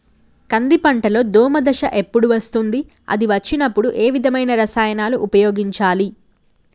కంది పంటలో దోమ దశ ఎప్పుడు వస్తుంది అది వచ్చినప్పుడు ఏ విధమైన రసాయనాలు ఉపయోగించాలి?